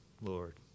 Lord